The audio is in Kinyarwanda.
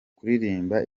kuririmba